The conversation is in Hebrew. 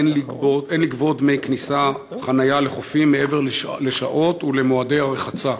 אין לגבות דמי כניסה או חניה לחופים מעבר לשעות ומועדי הרחצה.